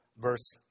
verse